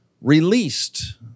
released